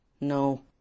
No